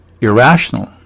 irrational